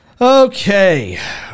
Okay